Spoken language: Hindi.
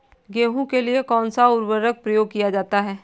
गेहूँ के लिए कौनसा उर्वरक प्रयोग किया जाता है?